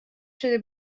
شده